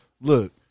Look